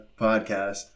podcast